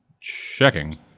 checking